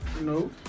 No